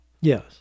Yes